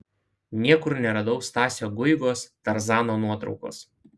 niekur neradau stasio guigos tarzano nuotraukos